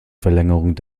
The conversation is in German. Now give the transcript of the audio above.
verlängerung